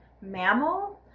mammal